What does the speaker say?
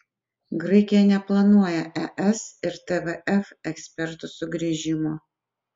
graikija neplanuoja es ir tvf ekspertų sugrįžimo